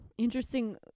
interesting